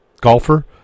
golfer